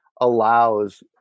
allows